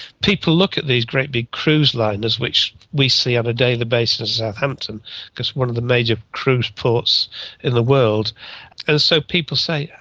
people look at these great big cruise liners, which we see on a daily basis in southampton because it's one of the major cruise ports in the world and so people say,